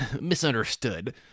misunderstood